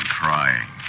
crying